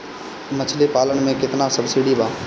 मछली पालन मे केतना सबसिडी बा?